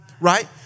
right